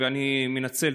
ואני מנצל,